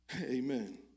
Amen